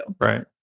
Right